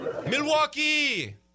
Milwaukee